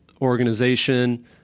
organization